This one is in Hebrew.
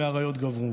מאריות גָּבֵרו",